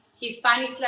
Hispanic